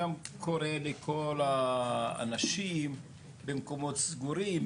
גם קורא לכל האנשים שנמצאים במקומות סגורים,